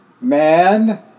Man